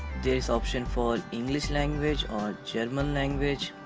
there is option for english language or german language.